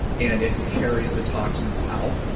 and it carries the toxins out,